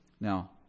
Now